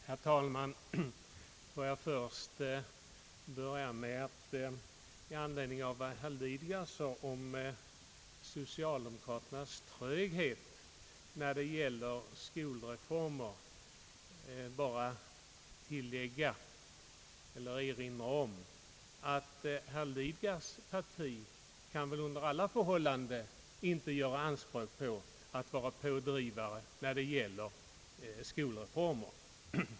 Herr talman! Först vill jag med anledning av vad herr Lidgard sade om socialdemokraternas tröghet när det gäller skolreformer bara erinra om att herr Lidgards parti under inga förhållanden kan göra anspråk på att vara pådrivare i fråga om skolreformer.